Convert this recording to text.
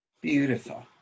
Beautiful